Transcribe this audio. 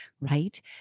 right